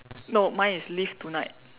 no mine is live tonight